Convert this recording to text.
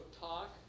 talk